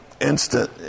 instant